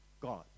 God